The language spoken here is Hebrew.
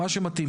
מה שמתאים,